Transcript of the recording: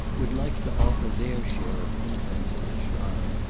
would like to offer their share of incense at the shrine,